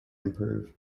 improve